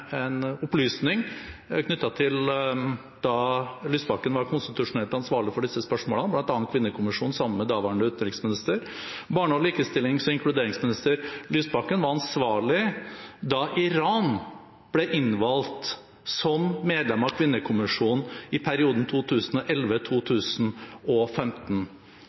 Daværende barne-, likestillings- og inkluderingsminister Lysbakken var ansvarlig da Iran ble innvalgt som medlem av Kvinnekommisjonen i perioden